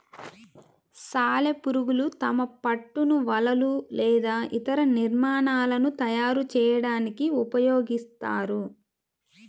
సాలెపురుగులు తమ పట్టును వలలు లేదా ఇతర నిర్మాణాలను తయారు చేయడానికి ఉపయోగిస్తాయి